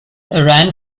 ran